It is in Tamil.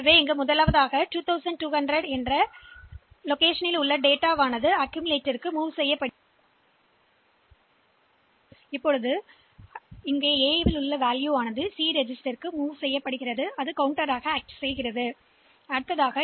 எனவே நாம் முதலில் அக்கீம்லெட்டரில் ஒரு 2 2 0 0 H ஐ ஏற்றுவோம் அது A பதிவேட்டில் எண்களின் எண்ணிக்கையைக் கொண்டிருக்கும் பின்னர் C கமா A ஐ நகர்த்தினால் அது எண்ணின் மதிப்பை C பதிவேட்டில் நகர்த்தும் பின்னர் MVI B 00H